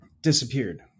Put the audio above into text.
disappeared